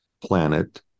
planet